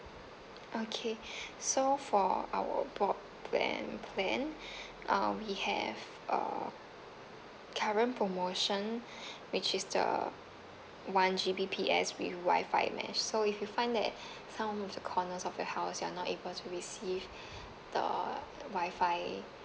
okay so for our broadband plan um we have uh current promotion which is the one G_B_P_S with wifi mesh so if you find that some of the corners of your house you're not able to receive the wifi